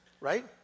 Right